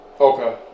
Okay